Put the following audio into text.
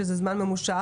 שזה זמן ממושך.